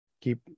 keep